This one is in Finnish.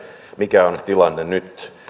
mikä on tilanne nyt